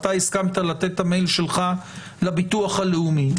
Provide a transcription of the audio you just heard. אתה הסכמת לתת את המייל שלך לביטוח הלאומי,